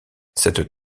cette